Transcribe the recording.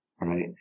Right